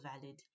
valid